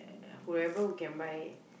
I whoever can buy